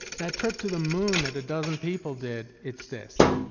that trip to the moon that a dozen people did, it's this.